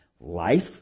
life